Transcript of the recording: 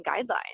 guidelines